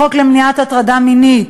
החוק למניעת הטרדה מינית,